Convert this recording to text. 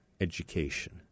education